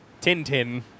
Tintin